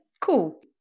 cool